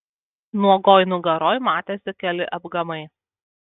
nuogoj nugaroj matėsi keli apgamai